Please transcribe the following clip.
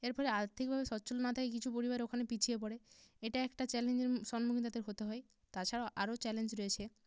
এর ফলে আর্থিকভাবে সচ্ছল না থাকায় কিছু পরিবার ওখানে পিছিয়ে পড়ে এটা একটা চ্যালেঞ্জের সন্মুখীন তাদের হতে হয় তাছাড়াও আরও চ্যালেঞ্জ রয়েছে